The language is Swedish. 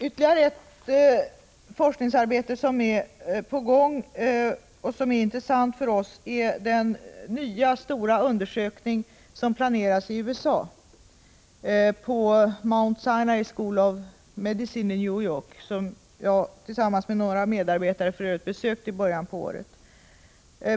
Ytterligare ett forskningsarbete som är intressant för oss är en ny stor undersökning som planeras ske i USA vid Mount Sinai School of Medicine i New York, som jag för övrigt besökte i början av året tillsammans med några medarbetare.